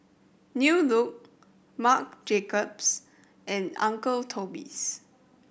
New Look Marc Jacobs and Uncle Toby's